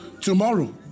Tomorrow